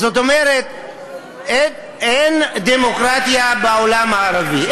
זאת אומרת, אין דמוקרטיה בעולם הערבי.